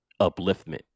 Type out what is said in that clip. upliftment